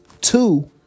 two